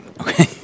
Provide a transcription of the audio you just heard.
okay